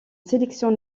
sélection